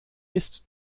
ist